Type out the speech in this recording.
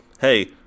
hey